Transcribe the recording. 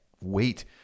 wait